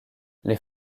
les